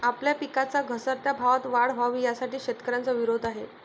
आपल्या पिकांच्या घसरत्या भावात वाढ व्हावी, यासाठी शेतकऱ्यांचा विरोध आहे